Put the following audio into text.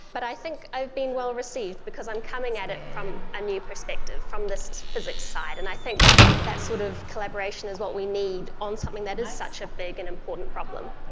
but i think i've been well received because i'm coming at it from a new perspective, from this physics side, and i think that sort of collaboration is what we need on something that is such a big and important problem.